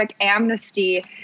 amnesty